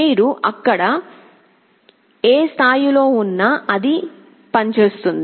మీరు అక్కడ ఏ స్థాయిలో ఉన్నా అది పనిచేస్తుంది